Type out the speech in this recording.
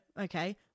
okay